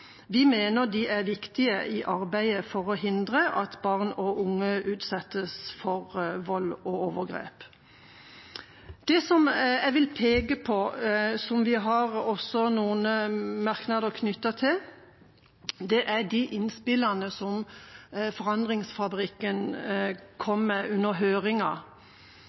Vi mener de er viktige i arbeidet for å hindre at barn og unge utsettes for vold og overgrep. Det jeg vil peke på, og som vi har noen merknader til, er de innspillene som Forandringsfabrikken kom med under